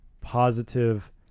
positive